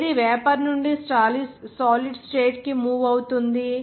ఏది వేపర్ నుండి solid state కి మూవ్ అవుతుంది